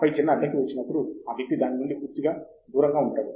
ఆపై చిన్న అడ్డంకి వచ్చినప్పుడు ఆ వ్యక్తి దాని నుండి పూర్తిగా దూరంగా ఉంటాడు